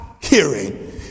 hearing